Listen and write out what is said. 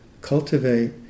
cultivate